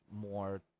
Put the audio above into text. more